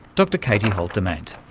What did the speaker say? dr kathi holt-damant.